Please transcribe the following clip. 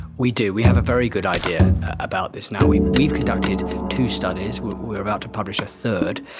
we do, we have a very good idea about this now. we've we've conducted two studies. we are about to publish a third.